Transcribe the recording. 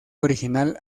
original